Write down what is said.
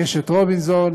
קשת רובינזון,